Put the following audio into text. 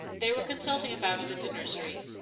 they were consulting about it in the nursery.